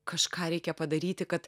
kažką reikia padaryti kad